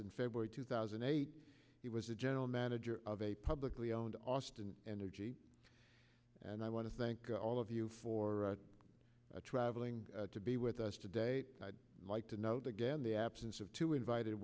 in february two thousand and eight he was a general manager of a publicly owned austin energy and i want to thank all of you for traveling to be with us today and i'd like to know the again the absence of two invited